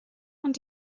und